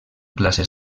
classes